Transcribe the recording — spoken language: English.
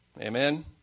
Amen